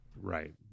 Right